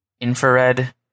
infrared